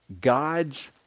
God's